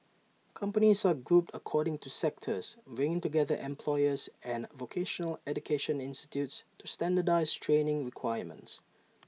companies are grouped according to sectors bringing together employers and vocational education institutes to standardise training requirements